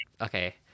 okay